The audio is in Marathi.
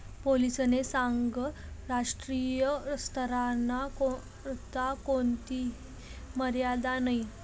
पोलीसनी सांगं राष्ट्रीय स्तरना करता कोणथी मर्यादा नयी